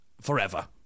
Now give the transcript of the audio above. forever